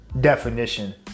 definition